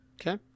Okay